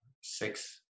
six